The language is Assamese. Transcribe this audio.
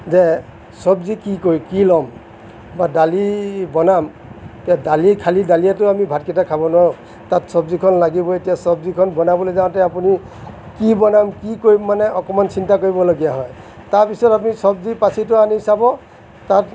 যে চবজি কি কৰি কি ল'ম বা দালি বনাম এতিয়া দালি খালি দালিয়েটো আমি ভাতকিটা খাব নোৱাৰোঁ তাত চবজিখন লাগিবই এতিয়া চবজিখন বনাবলৈ যাওঁতে আপুনি কি বনাম কি কৰিম মানে অকণমান চিন্তা কৰিবলগীয়া হয় তাৰপিছত আপুনি চবজিৰ পাচিটো আনি চাব তাত